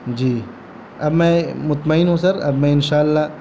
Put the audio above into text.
جی اب میں مطمئن ہوں سر اب میں انشاء اللہ